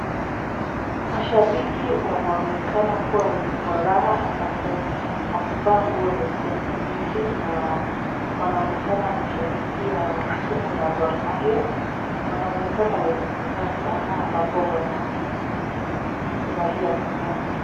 Mashabaki wanaonekana kuwa wenye furaha ambapo wamevaa nguo za kijani kibichi na wanaonekana kushabikia timu la Gormahia. Wanaonekana wenye furaha sana ambapo wanafurahia sana.